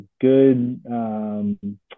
good